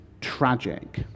tragic